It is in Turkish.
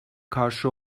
karşı